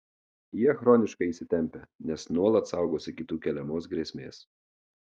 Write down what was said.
jie chroniškai įsitempę nes nuolat saugosi kitų keliamos grėsmės